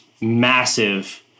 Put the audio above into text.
massive